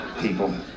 people